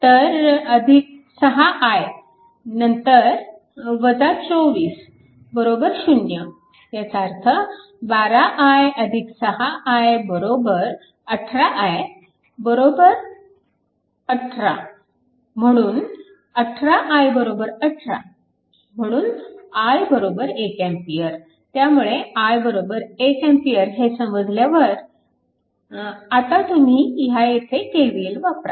तर 6 i नंतर 24 0 ह्याचा अर्थ 12 i 6 i 18 i 18 म्हणून 18 i 18 म्ह्णून i 1A त्यामुळे i 1A हे समजल्यावर आता तुम्ही ह्या येथे KVL वापरा